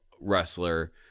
wrestler